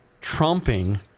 trumping